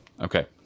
Okay